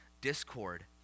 discord